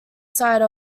side